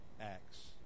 acts